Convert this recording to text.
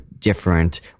different